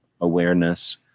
awareness